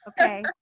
Okay